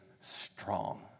strong